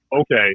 okay